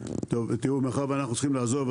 מאחר שאנחנו צריכים לעזוב,